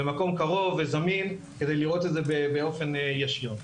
במקום קרוב וזמין כדי לראות את זה באופן ישיר.